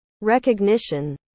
recognition